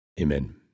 Amen